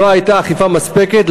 לא הייתה אכיפה מספקת,